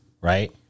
right